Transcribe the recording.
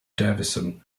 davison